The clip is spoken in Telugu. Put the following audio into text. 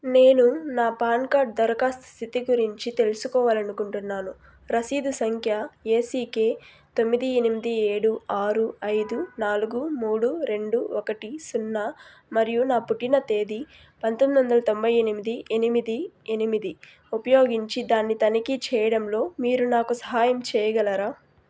నేను నా పాన్ కార్డ్ దరఖాస్తు స్థితి గురించి తెలుసుకోవాలనుకుంటున్నాను రసీదు సంఖ్య ఏసీకే తొమ్మిది ఎనిమిది ఏడు ఆరు ఐదు నాలుగు మూడు రెండు ఒకటి సున్నా మరియు నా పుట్టిన తేదీ పంతొమ్మిది వందల తొంబై ఎనిమిది ఎనిమిది ఎనిమిది ఉపయోగించి దాన్ని తనిఖీ చెయ్యడంలో మీరు నాకు సహాయం చెయ్యగలరా